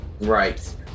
Right